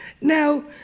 Now